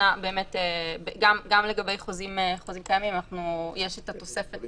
גם לגבי חוזים קיימים יש את התוספת